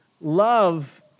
love